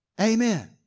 Amen